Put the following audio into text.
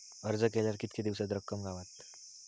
अर्ज केल्यार कीतके दिवसात रक्कम गावता?